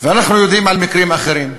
ואנחנו יודעים על מקרים אחרים,